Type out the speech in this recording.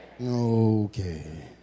okay